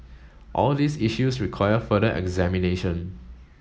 all these issues require further examination